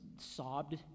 sobbed